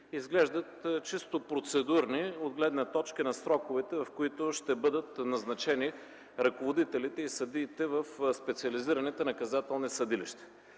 изглеждат чисто процедурни от гледна точка на сроковете, в които ще бъдат назначени ръководителите и съдиите в специализираните наказателни съдилища.